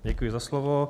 Děkuji za slovo.